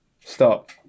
Stop